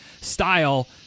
style